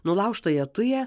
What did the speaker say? nulaužtąją tują